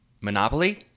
Monopoly